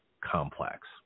complex